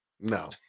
no